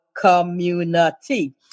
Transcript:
community